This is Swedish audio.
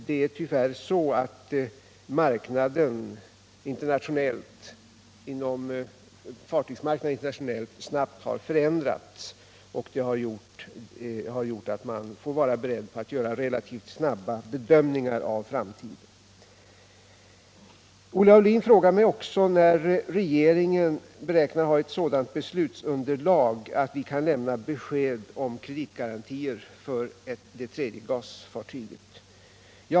Det är tyvärr så, att fartygsmarknaden internationellt snabbt har förändrats, och det har gjort att man får vara beredd att göra relativt snabba bedömningar om framtiden. Olle Aulin frågade mig också när regeringen beräknar ha ett sådant beslutsunderlag att vi kan lämna besked om kreditgarantier för det tredje gasfartyget.